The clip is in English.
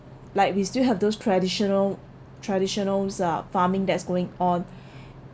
like we still have those traditional traditionals uh farming that's going on